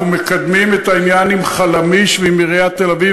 אנחנו מקדמים את העניין עם "חלמיש" ועם עיריית תל-אביב,